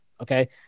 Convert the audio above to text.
Okay